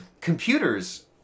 computers